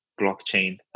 blockchain